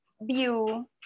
view